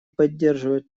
поддерживает